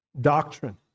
doctrine